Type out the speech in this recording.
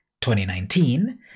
2019